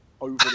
over